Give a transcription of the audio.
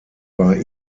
war